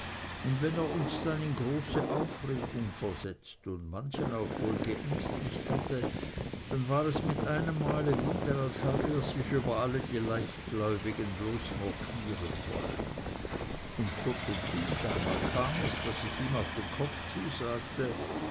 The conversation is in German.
und wenn er uns dann in große aufregung versetzt und manchen auch wohl geängstigt hatte dann war es mit einem male wieder als habe er sich über alle die leichtgläubigen bloß mokieren wollen und kurz und gut einmal kam es daß ich ihm auf den kopf zusagte